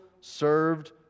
served